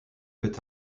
peut